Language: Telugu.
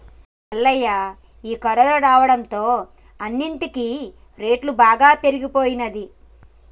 మల్లయ్య ఈ కరోనా రావడంతో అన్నిటికీ రేటు బాగా పెరిగిపోయినది